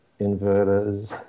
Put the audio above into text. inverters